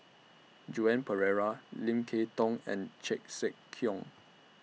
Joan Pereira Lim Kay Tong and Chan Sek Keong